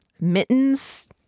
mittens